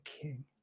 king